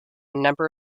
number